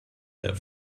that